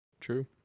true